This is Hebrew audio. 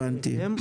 הבנתי.